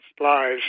lives